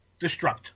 destruct